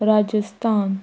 Rajasthan